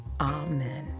Amen